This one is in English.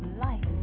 life